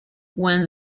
when